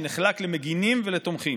שנחלק למגנים ולתומכים.